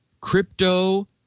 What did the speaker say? crypto